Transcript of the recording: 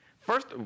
first